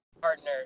partners